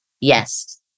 Yes